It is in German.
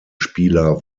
spieler